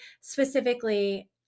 specifically